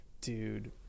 Dude